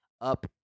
up